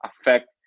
affect